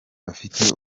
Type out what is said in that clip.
abafite